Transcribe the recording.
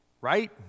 right